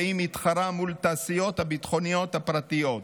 והיא מתחרה מול התעשיות הביטחוניות הפרטיות.